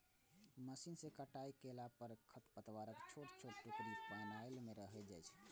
machine सं कटाइ कयला पर खरपतवारक छोट छोट टुकड़ी पानिये मे रहि जाइ छै